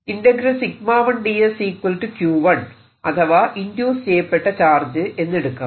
1 ds q 1 അഥവാ induce ചെയ്യപ്പെട്ട charge എന്നെടുക്കാം